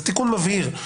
זה תיקון מבהיר.